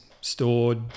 stored